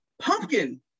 pumpkin